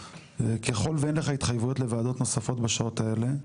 ככל ואין לך התחייבויות לוועדות נוספות בשעות האלה,